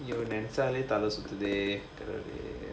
!aiyo! நெனச்சாலே தல சுத்துதே கடவுளே:nenachchalae thala suthuthae kadavulae